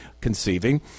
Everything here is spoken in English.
conceiving